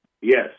Yes